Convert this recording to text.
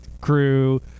crew